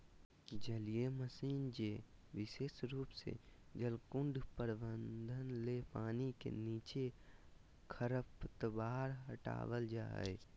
जलीय मशीन जे विशेष रूप से जलकुंड प्रबंधन ले पानी के नीचे खरपतवार हटावल जा हई